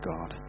God